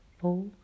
four